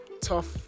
tough